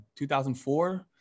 2004